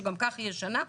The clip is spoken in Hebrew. שגם כך היא ישנה,